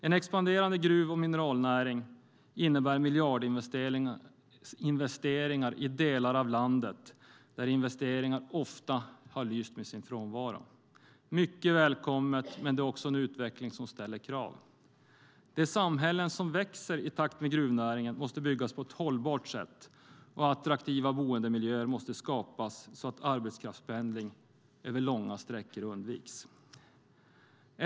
En expanderande gruv och mineralnäring innebär miljardinvesteringar i delar av landet där investeringar ofta har lyst med sin frånvaro. Det är mycket välkommet, men det är också en utveckling som ställer krav. De samhällen som växer i takt med gruvnäringen måste byggas på ett hållbart sätt, och attraktiva boendemiljöer måste skapas så att arbetskraftspendling över långa sträckor undviks.